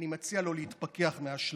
אני מציע לו להתפכח מהאשליה.